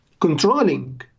Controlling